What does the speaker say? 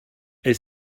est